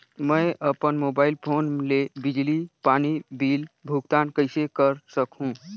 मैं अपन mobile phone ले बिजली पानी बिल भुगतान कइसे कर सकहुं?